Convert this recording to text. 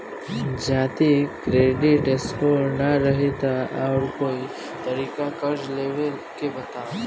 जदि credit score ना रही त आऊर कोई तरीका कर्जा लेवे के बताव?